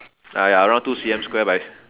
ah ya around two C_M square by